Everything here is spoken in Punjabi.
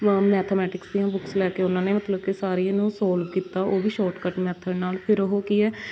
ਮੈਥਾਮੈਟਿਕਸ ਦੀਆਂ ਬੁੱਕਸ ਲੈ ਕੇ ਉਹਨਾਂ ਨੇ ਮਤਲਬ ਕਿ ਸਾਰੀਆਂ ਨੂੰ ਸੋਲਵ ਕੀਤਾ ਉਹ ਵੀ ਸ਼ੋਟਕੱਟ ਮੈਥਡ ਨਾਲ ਫਿਰ ਉਹ ਕੀ ਹੈ